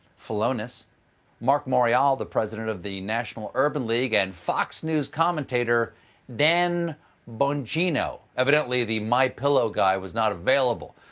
philonise marc morial, the president of the national urban league and fox news commentator dan bongino. evidently, the my pillow guy was not available.